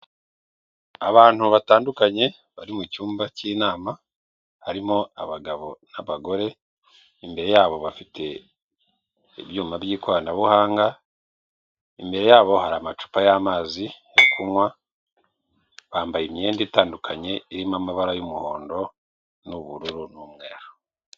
Abantu batandukanye bari mu cyumba cy'inama harimo abagabo n'abagore imbere yabo bafite ibyuma by'ikoranabuhanga, imbere yabo hari amacupa y'amazi yo kunywa bambaye imyenda itandukanye, irimo amabara y'umuhondo n'ubururu n'umweru.